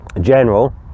general